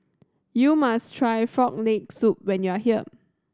you must try Frog Leg Soup when you are here